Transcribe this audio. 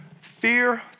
Fear